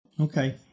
Okay